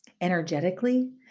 Energetically